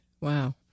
wow